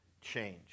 change